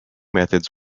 methods